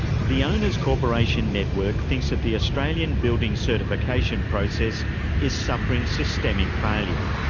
the owners corporation network thinks that the australian building certification process is suffering systemic failure.